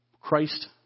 Christ